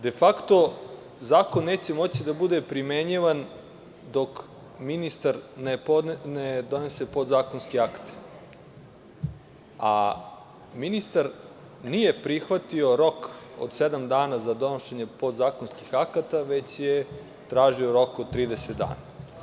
Defakto, zakon neće moći da bude primenjivan dok ministar ne donese podzakonske akte, a ministar nije prihvatio rok od sedam dana za donošenje podzakonskih akata, već je tražio rok od 30 dana.